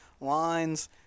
lines